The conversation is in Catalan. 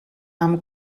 amb